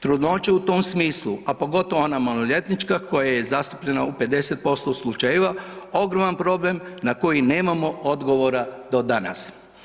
Trudnoću u tom smislu, a pogotovo ona maloljetnička koja je zastupljena u 50% slučajeva ogroman je problem na koji nemamo odgovora do danas.